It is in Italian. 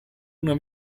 una